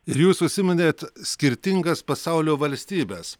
ir jūs užsiminėt skirtingas pasaulio valstybes